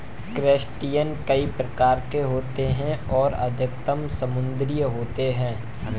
crustacean कई प्रकार के होते हैं और अधिकतर समुद्री होते हैं